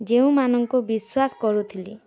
ଯେଉଁମାନଙ୍କୁ ବିଶ୍ୱାସ୍ କରୁଥିଲି